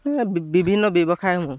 এই বিভিন্ন ব্যৱসায়সমূহ